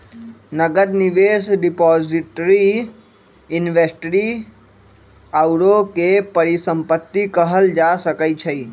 नकद, निवेश, depository, inventory आउरो के परिसंपत्ति कहल जा सकइ छइ